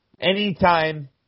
anytime